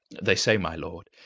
they say, my lord,